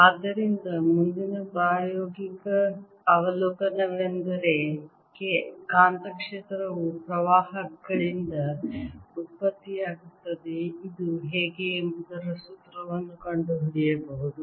ಆದ್ದರಿಂದ ಮುಂದಿನ ಪ್ರಾಯೋಗಿಕ ಅವಲೋಕನವೆಂದರೆ ಕಾಂತಕ್ಷೇತ್ರವು ಪ್ರವಾಹಗಳಿಂದ ಉತ್ಪತ್ತಿಯಾಗುತ್ತದೆ ಇದು ಹೇಗೆ ಎಂಬುದರ ಸೂತ್ರವನ್ನು ಕಂಡುಹಿಡಿಯಬಹುದು